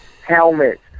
Helmet